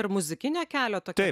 ir muzikinio kelio tokia